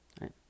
right